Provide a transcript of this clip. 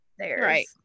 right